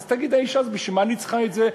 אז תגיד האישה הזו: בשביל מה אני צריכה את זה?